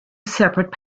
separate